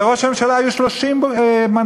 לראש הממשלה היו 30 מנדטים,